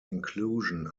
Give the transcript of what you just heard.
inclusion